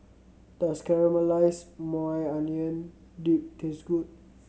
does Caramelized Maui Onion Dip taste good